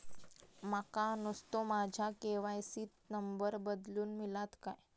माका नुस्तो माझ्या के.वाय.सी त नंबर बदलून मिलात काय?